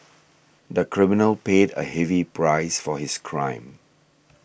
the criminal paid a heavy price for his crime